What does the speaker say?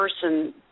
person